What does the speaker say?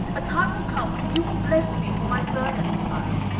a time will come when you will bless me for my firmness to-night.